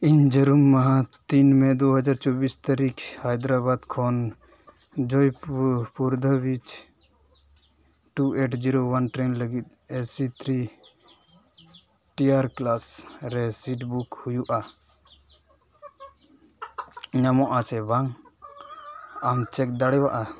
ᱤᱧ ᱡᱟᱹᱨᱩᱢ ᱢᱟᱦᱟ ᱛᱤᱱ ᱢᱮ ᱫᱩ ᱦᱟᱡᱟᱨ ᱪᱚᱵᱵᱤᱥ ᱛᱟᱹᱨᱤᱠᱷ ᱦᱟᱭᱫᱨᱟᱵᱟᱫ ᱠᱷᱚᱱ ᱡᱚᱭᱯᱩᱨ ᱫᱷᱟᱹᱵᱤᱡ two eight zero one train ᱞᱟᱹᱜᱤᱫ A C three tier class ᱨᱮ ᱥᱤᱴ ᱵᱩᱠ ᱦᱩᱭᱩᱜᱼᱟ ᱧᱟᱢᱚᱜᱼᱟ ᱥᱮ ᱵᱟᱝ ᱟᱢ ᱪᱮᱠ ᱫᱟᱲᱮᱭᱟᱜᱼᱟ